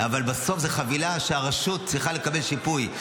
אבל בסוף זו חבילה שהרשות צריכה לקבל, שיפוי.